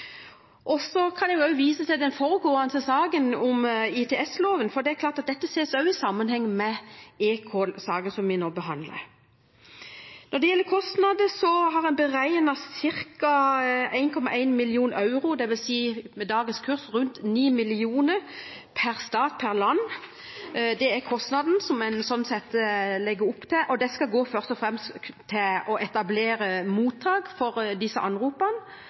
Så kan jeg vise til den foregående saken om ITS-loven, for den ses også i sammenheng med eCall-saken som vi nå behandler. Når det gjelder kostnader, har en beregnet dem til ca. 1,1 mill. euro, dvs. med dagens kurs rundt 9 mill. kr per stat, per land. Det er kostnadene en legger opp til, og de skal først og fremst gå til å etablere mottak for anropene,